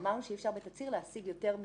מצא בחורה נחמדה או הפוך.